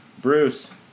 Bruce